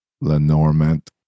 Lenormand